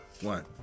one